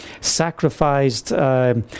sacrificed